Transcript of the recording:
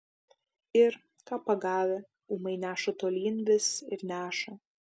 ir ką pagavę ūmai neša tolyn vis ir neša